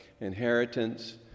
inheritance